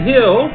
Hill